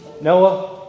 Noah